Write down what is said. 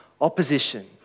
opposition